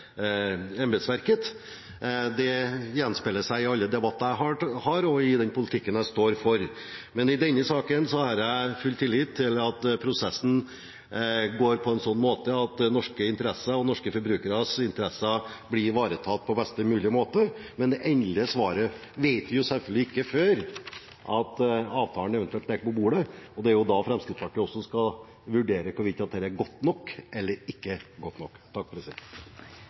Det gjenspeiler seg i alle debatter jeg deltar i og i den politikken jeg står for. Men i denne saken har jeg full tillit til at prosessen går på en sånn måte at norske interesser og norske forbrukeres interesser blir ivaretatt på best mulig måte. Men det endelige svaret vet vi selvfølgelig ikke før avtalen eventuelt ligger på bordet, og det er da Fremskrittspartiet også skal vurdere hvorvidt dette er godt nok eller ikke godt nok.